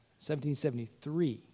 1773